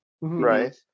right